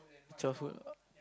childhood